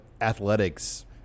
athletics